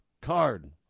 card